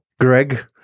Greg